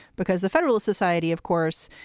because the federalist society, of course,